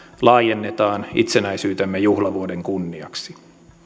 laajennetaan itsenäisyytemme juhlavuoden kunniaksi